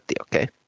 okay